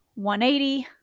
$180